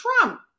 Trump